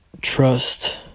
trust